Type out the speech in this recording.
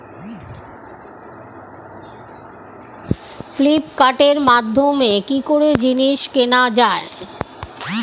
ফ্লিপকার্টের মাধ্যমে কি করে জিনিস কেনা যায়?